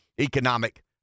economic